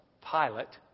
pilot